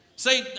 Say